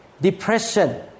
depression